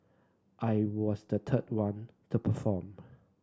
I was the third one to perform